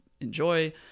enjoy